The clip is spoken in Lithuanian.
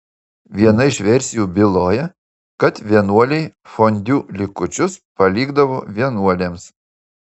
viena iš versijų byloja kad vienuoliai fondiu likučius palikdavo vienuolėms